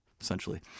essentially